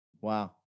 Wow